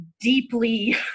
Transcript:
deeply